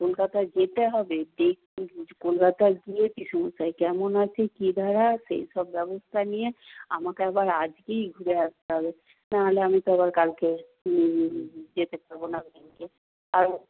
কলকাতায় যেতে হবে কলকাতা গিয়ে পিসেমশাই কেমন আছে কী ধারা সেই সব ব্যবস্থা নিয়ে আমাকে আবার আজকেই ঘুরে আসতে হবে না হলে আমি তো আবার কালকে যেতে পারব না ব্যাংকে আর